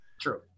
True